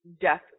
death